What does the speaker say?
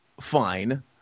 fine